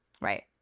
Right